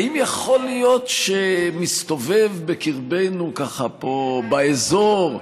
האם יכול להיות שמסתובב בקרבנו, ככה פה, באזור,